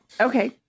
Okay